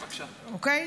בבקשה.